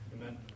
Amen